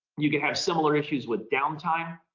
you can have similar issues with downtime.